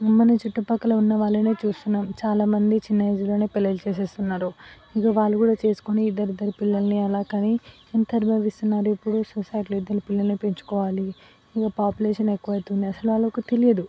మన చుట్టుపక్కల ఉన్న వాళ్ళనే చూస్తున్నాం చాలా మంది చిన్న ఏజ్లోనే పెళ్ళిళ్ళు చేసేస్తున్నారు ఇగ వాళ్ళు కూడా చేసుకుని ఇద్దరిద్దరు పిల్లల్ని అలా కని ఎంత అనుభవిస్తున్నారు ఇప్పుడు సొసైటీలో ఇద్దరు పిల్లల్నిపెంచుకోవాలి ఇగ పాపులేషన్ ఎక్కువవుతుంది అసల వాళ్ళకి తెలియదు